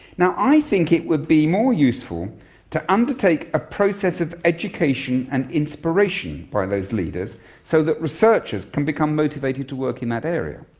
i think it would be more useful to undertake a process of education and inspiration by those leaders so that researchers can become motivated to work in that area.